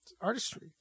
artistry